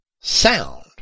sound